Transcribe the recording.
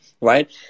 right